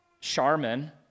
Charmin